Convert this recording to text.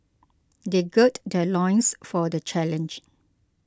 they gird their loins for the challenge